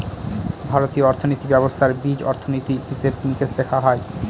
ভারতীয় অর্থনীতি ব্যবস্থার বীজ অর্থনীতি, হিসেব নিকেশ দেখা হয়